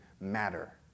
matter